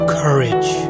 courage